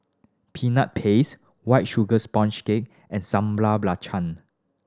Peanut Paste White Sugar Sponge Cake and Sambal Belacan